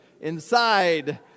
inside